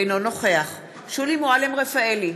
אינו נוכח שולי מועלם-רפאלי,